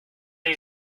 die